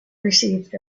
received